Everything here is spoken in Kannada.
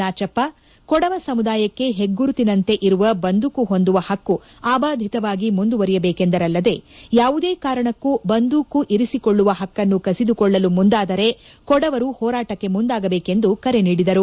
ನಾಚಪ್ಪ ಕೊಡವ ಸಮುದಾಯಕ್ಕೆ ಪಗ್ಗುರುತಿನಂತೆ ಇರುವ ಬಂದೂಕು ಹೊಂದುವ ಪಕ್ಕು ಅಬಾಧಿತವಾಗಿ ಮುಂದುವರೆಯಬೇಕೆಂದರಲ್ಲದೇ ಯಾವುದೇ ಕಾರಣಕ್ಕೂ ಬಂದೂಕು ಇರಿಸಿಕೊಳ್ಳುವ ಪಕ್ಕನ್ನು ಕಸಿದುಕೊಳ್ಳಲು ಮುಂದಾದರೆ ಕೊಡವರು ಹೋರಾಟಕ್ಕೆ ಮುಂದಾಗಬೇಕೆಂದೂ ಕರೆ ನೀಡಿದರು